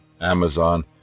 Amazon